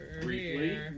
Briefly